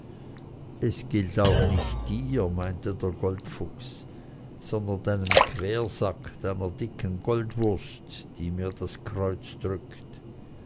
es gilt auch nicht dir meinte der goldfuchs sondern deinem quersack deiner dicken goldwurst die mir das kreuz drückt